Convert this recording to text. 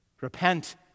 Repent